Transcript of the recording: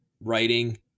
writing